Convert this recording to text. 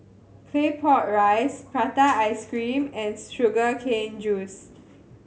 Claypot Rice prata ice cream and sugar cane juice